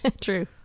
True